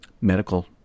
medical